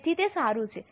તેથી તે સારું છે